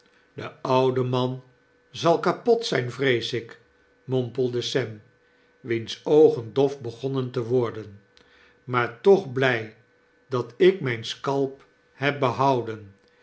de oude man zal kapot zyn vrees ik mompelde sem wiens oogen dof begonnen te worden maar toch bly dat ik myn scalp heb behouden